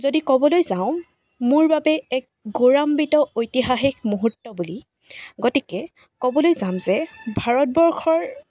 যদি ক'বলৈ যাওঁ মোৰ বাবে এক গৌৰান্বিত ঐতিহাসিক মূহুৰ্ত বুলি গতিকে ক'বলৈ যাম যে ভাৰতবৰ্ষৰ